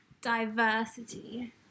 diversity